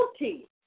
guilty